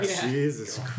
Jesus